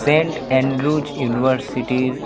Saint Andrews ইউনিভার্সিটির